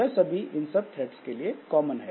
यह सभी इन सब थ्रेड्स के लिए कॉमन है